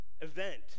event